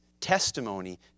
testimony